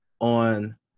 on